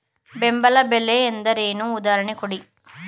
ಬೆಂಬಲ ಬೆಲೆ ಎಂದರೇನು, ಉದಾಹರಣೆ ಕೊಡಿ?